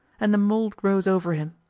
and the mould grows over him.